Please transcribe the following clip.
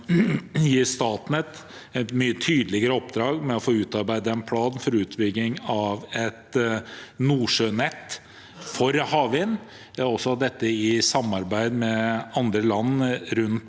gi Statnett et mye tydeligere oppdrag med å få utarbeidet en plan for utbygging av et nordsjønett for havvind, også dette i samarbeid med andre land rundt